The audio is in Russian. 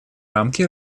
рамки